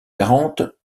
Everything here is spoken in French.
quarante